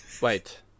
Wait